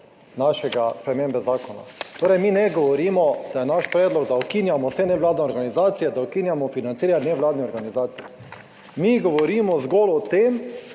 našega, spremembe zakona. Torej, mi ne govorimo, da je naš predlog, da ukinjamo vse nevladne organizacije, da ukinjamo financiranje nevladne organizacije. Mi govorimo zgolj o tem,